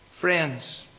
Friends